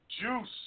juice